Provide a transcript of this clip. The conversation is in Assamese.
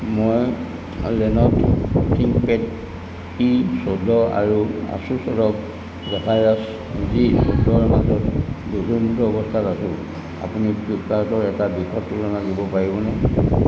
মই লেনভ' থিংকপেড ই চৈধ্য আৰু আছুছ ৰগ জেফাইৰাছ জি চৈধ্যৰ মাজত দোধোৰ মোধোৰ অৱস্থাত আছোঁ আপুনি ফ্লিপ্পকাৰ্টৰ এটা বিশদ তুলনা দিব পাৰিবনে